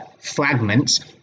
fragments